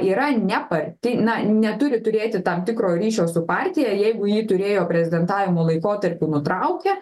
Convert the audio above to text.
yra neparti na neturi turėti tam tikro ryšio su partija jeigu ji turėjo prezidentavimo laikotarpį nutraukė